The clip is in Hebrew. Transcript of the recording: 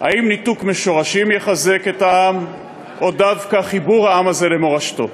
אם ניתוק משורשים יחזק את העם או דווקא חיבור העם הזה למורשתו.